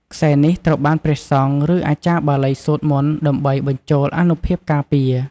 ខ្សែនេះត្រូវបានព្រះសង្ឃ ឬអាចារ្យបាលីសូត្រមន្តដើម្បីបញ្ចូលអានុភាពការពារ។